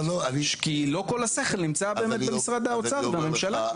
כי לא כל השכל נמצא באמת במשרד האוצר, בממשלה.